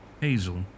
Hazel